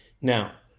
Now